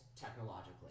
technologically